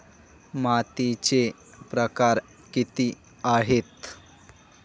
मातीचे प्रकार किती आहेत?